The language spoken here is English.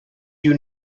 you